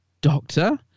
doctor